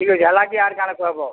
ଠିକ୍ ଅଛେ ହେଲା କି ଆର୍ କା'ଣା କହେବ